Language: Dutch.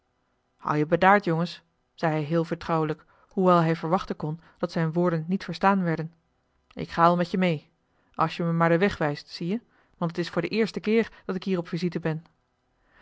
houd je bedaard jongens zei hij heel vertrouwelijk hoewel hij verwachten kon dat zijn woorden niet verstaan werden ik ga al met je mee als je me maar den weg wijst zie-je want t is voor den eersten keer dat ik hier op visite ben